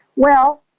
well,